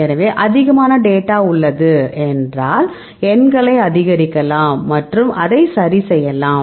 எனவே அதிகமான டேட்டா உள்ளது என்றால் எண்களை அதிகரிக்கலாம் மற்றும் அதை சரி செய்யலாம்